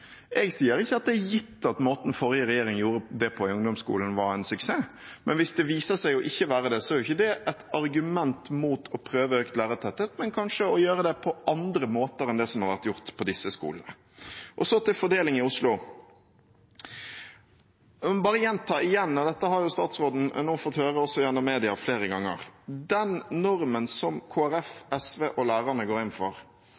Jeg sier ikke at det er gitt at måten forrige regjering gjorde det på i ungdomsskolen, var en suksess. Men hvis det viser seg ikke å være det, er ikke det et argument mot å prøve økt lærertetthet – men kanskje å gjøre det på andre måter enn det som har vært gjort på disse skolene. Og så til fordeling i Oslo: Jeg vil bare gjenta igjen – og dette har statsråden fått høre gjennom media flere ganger: Den normen som Kristelig Folkeparti, SV og lærerne går inn for,